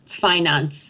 finance